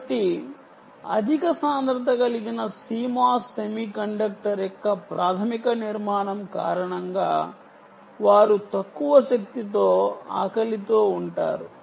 కాబట్టి అధిక సాంద్రత కలిగిన CMOS సెమీకండక్టర్ యొక్క ప్రాధమిక నిర్మాణం కారణంగా వారు తక్కువ శక్తితో ఆకలితో ఉంటారు